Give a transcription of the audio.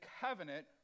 covenant